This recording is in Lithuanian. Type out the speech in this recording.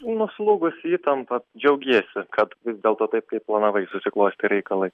nuslūgus įtampa džiaugiesi kad vis dėlto taip kaip planavai susiklostė reikalai